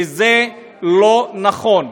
וזה לא נכון.